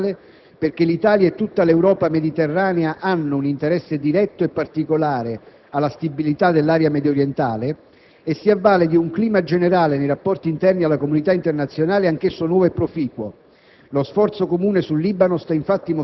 Essa corrisponde all'interesse nazionale, perché l'Italia e tutta l'Europa mediterranea hanno un interesse diretto e particolare alla stabilità dell'area mediorientale. E si avvale di un clima generale nei rapporti interni alla comunità internazionale anch'esso nuovo e proficuo.